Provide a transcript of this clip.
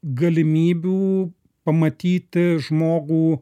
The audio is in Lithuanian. galimybių pamatyti žmogų